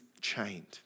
chained